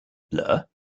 blur